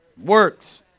works